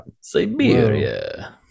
siberia